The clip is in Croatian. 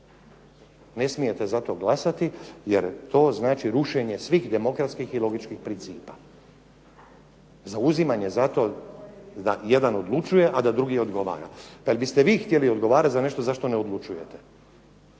Ne smijete za to glasati jer to znači rušenje svih demokratskih i logičkih principa. Zauzimanje za to da jedan odlučuje a da drugi odgovara. Pa je li biste vi htjeli odgovarati za nešto za što ne odlučujete?